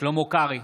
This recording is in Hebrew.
שלמה קרעי,